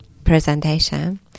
presentation